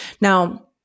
Now